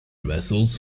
vessels